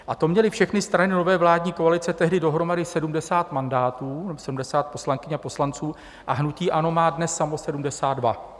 A to měly všechny strany nové vládní koalice tehdy dohromady 70 mandátů, 70 poslankyň a poslanců, a hnutí ANO má dnes samo 72.